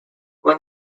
when